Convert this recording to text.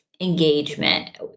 engagement